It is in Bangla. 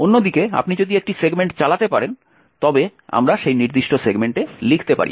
অন্যদিকে আপনি যদি একটি সেগমেন্ট চালাতে পারেন তবে আমরা সেই নির্দিষ্ট সেগমেন্টে লিখতে পারি না